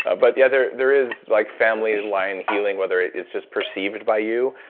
ah but yeah, there there is like family line healing, whether it's just perceived by you,